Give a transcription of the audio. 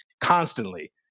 constantly